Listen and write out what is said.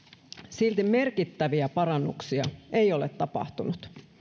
silti merkittäviä parannuksia ei ole tapahtunut